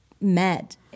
met